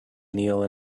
kneel